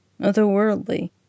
Otherworldly